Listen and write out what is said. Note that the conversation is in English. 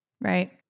Right